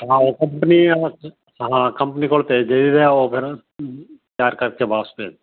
ਹਾਂ ਉਹ ਕੰਪਨੀ ਦੇ ਹੱਥ ਹਾਂ ਕੰਪਨੀ ਕੋਲ ਭੇਜ ਦਈਦੇ ਆ ਉਹ ਫਿਰ ਤਿਆਰ ਕਰਕੇ ਵਾਪਸ ਭੇਜਦੇ